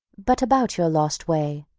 but about your lost way,